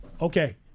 Okay